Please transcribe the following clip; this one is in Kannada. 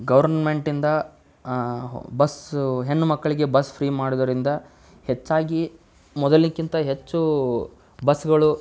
ಗೌರ್ಮೆಂಟಿಂದ ಬಸ್ಸು ಹೆಣ್ಣು ಮಕ್ಕಳಿಗೆ ಬಸ್ ಫ್ರೀ ಮಾಡೋದರಿಂದ ಹೆಚ್ಚಾಗಿ ಮೊದಲಿಗಿಂತ ಹೆಚ್ಚು ಬಸ್ಗಳು